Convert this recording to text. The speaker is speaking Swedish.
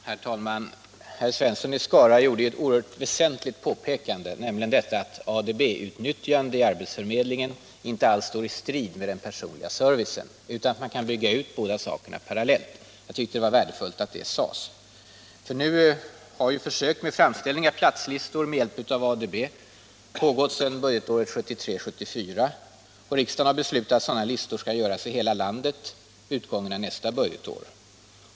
Herr talman! Herr Svensson i Skara gjorde ett oerhört väsentligt påpekande, nämligen att ADB-utnyttjande i arbetsförmedlingen inte alls står i strid med den personliga servicen, utan att man kan bygga ut båda sakerna parallellt. Jag tyckte det var värdefullt att det sades. Nu har ju försök med framställning av platslistor med hjälp av ADB pågått sedan budgetåret 1973/74, och riksdagen har beslutat att sådana listor skall göras i hela landet vid utgången av nästa budgetår.